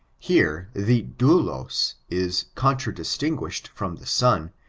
here the dotdos is contradistinguished from the son,